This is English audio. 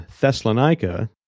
Thessalonica